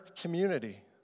community